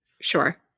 Sure